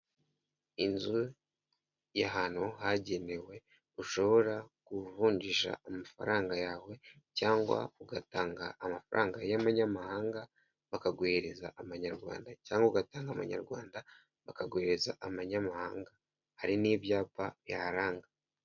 Inzu y'ahantu hagenewe ushobora kuvunjisha amafaranga yawe cyangwa ugatanga amafaranga y'amanyamahanga bakaguhereza amanyarwanda cyangwa ugatanga amanyarwanda bakaguhereza amanyamahanga hari n'ibyapa biharanga.